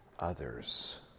others